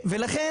ולכן,